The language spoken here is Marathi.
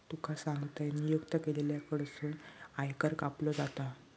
तुका सांगतंय, नियुक्त केलेल्या कडसून आयकर कापलो जाता